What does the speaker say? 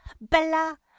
Bella